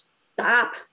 stop